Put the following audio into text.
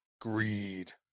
Greed